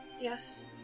Yes